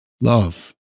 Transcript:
love